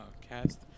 cast